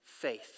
faith